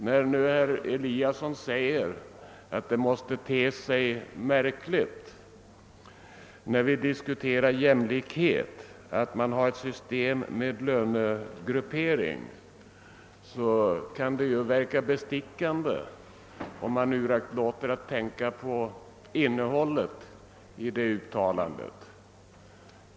Herr Eliasson i Sundborn säger att det måste te sig märkligt att vi nu diskuterar jämlikhet fastän vi har ett system med lönegruppering. Det kan verka bestickande, om man uraktlåter att tänka på innehållet i detta uttalande.